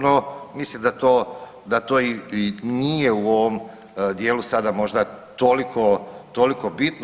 No mislim da to i nije u ovom dijelu sada možda toliko bitno.